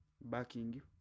backing